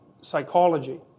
psychology